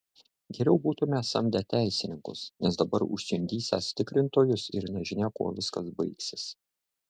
geriau būtume samdę teisininkus nes dabar užsiundysiąs tikrintojus ir nežinia kuo viskas baigsis